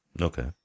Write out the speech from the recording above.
Okay